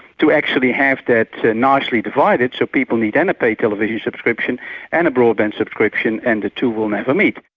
to actually have that nicely divided so people needed a pay television subscription and a broadband subscription and the two will never meet.